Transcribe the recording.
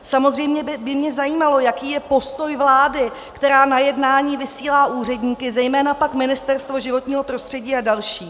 Samozřejmě by mě zajímalo, jaký je postoj vlády, která na jednání vysílá úředníky, zejména pak Ministerstvo životního prostředí a další.